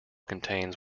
contains